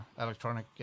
electronic